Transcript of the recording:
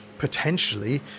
potentially